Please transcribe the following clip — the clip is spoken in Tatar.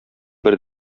бер